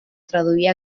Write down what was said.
traduir